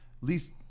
least